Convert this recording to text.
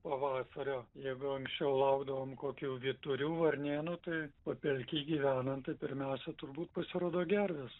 pavasario jeigu anksčiau laukdavom kokių vyturių varnėnų tai papelky gyvenant tai pirmiausia turbūt pasirodo gervės